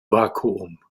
vakuum